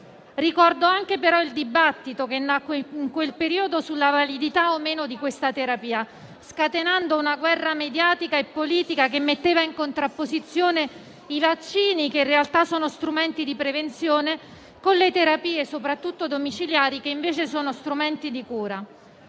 Ricordo anche, però, il dibattito che nacque in quel periodo sulla validità o meno di questa terapia, scatenando una guerra mediatica e politica, che metteva in contrapposizione i vaccini - che, in realtà, sono strumenti di prevenzione - con le terapie, soprattutto domiciliari, che invece sono strumenti di cura.